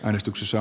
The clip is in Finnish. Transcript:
äänestyksessä